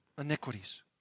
iniquities